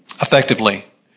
effectively